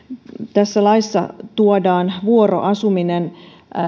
tässä laissa tuodaan vuoroasuminen